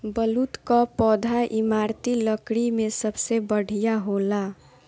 बलूत कअ पौधा इमारती लकड़ी में सबसे बढ़िया होला